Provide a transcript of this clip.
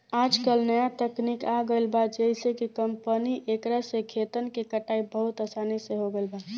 आजकल न्या तकनीक आ गईल बा जेइसे कि कंपाइन एकरा से खेतन के कटाई बहुत आसान हो गईल बा